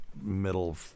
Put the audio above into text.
middle